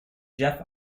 jeff